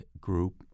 group